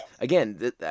again